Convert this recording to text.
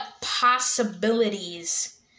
possibilities